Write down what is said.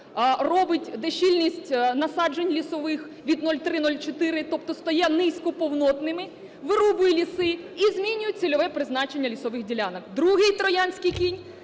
робить, де щільність насаджень лісових від 0,3-0,4, тобто стає низькоповнотними, вирубує ліси і змінює цільове призначення лісових ділянок. Другий "троянський кінь"